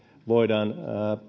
voidaan